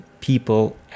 people